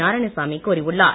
நாராயணசாமி கூறியுள்ளார்